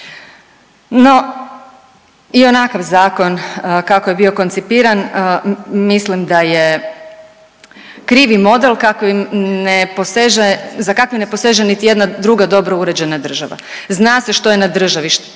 No i onakav zakon kako je bio koncipiran mislim da je krivi model kakvim ne poseže, za kakvim ne poseže niti jedna druga dobro uređena država, zna se što je na državi,